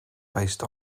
based